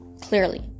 Clearly